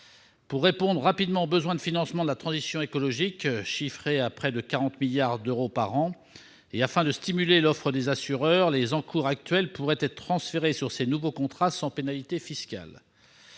Pour répondre rapidement aux besoins de financement de la transition écologique, chiffrée à près de 40 milliards d'euros par an, et afin de stimuler l'offre des assureurs, les encours actuels pourraient être transférés sur ces nouveaux contrats sans pénalité fiscale.